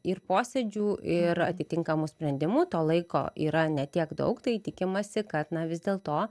ir posėdžių ir atitinkamų sprendimų to laiko yra ne tiek daug tai tikimasi kad na vis dėlto